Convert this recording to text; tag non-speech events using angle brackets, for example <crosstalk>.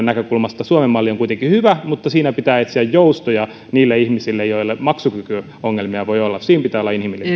<unintelligible> näkökulmasta suomen malli on kuitenkin hyvä mutta siinä pitää etsiä joustoja niille ihmisille joilla maksukykyongelmia voi olla siinä pitää olla inhimillinen <unintelligible>